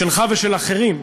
שלך ושל אחרים,